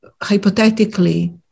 hypothetically